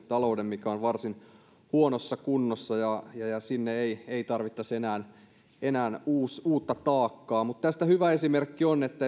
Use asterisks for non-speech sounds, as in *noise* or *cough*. talouden mikä on varsin huonossa kunnossa eikä sinne tarvittaisi enää uutta taakkaa mutta tästä hyvä esimerkki on että *unintelligible*